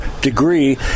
degree